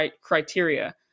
criteria